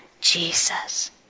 Jesus